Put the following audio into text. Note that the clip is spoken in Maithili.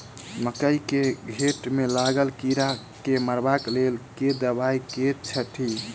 मकई केँ घेँट मे लागल कीड़ा केँ मारबाक लेल केँ दवाई केँ छीटि?